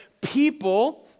people